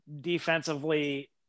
Defensively